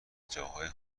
جاهای